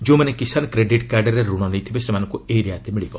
ଯେଉଁମାନେ କିଷାନ କ୍ରେଡିଟ୍ କାର୍ଟରେ ଋଣ ନେଇଥିବେ ସେମାନଙ୍କୁ ଏହି ରିହାତି ମିଳିବ